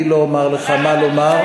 אני לא אומר לך מה לומר,